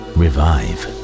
revive